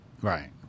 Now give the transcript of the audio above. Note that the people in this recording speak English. right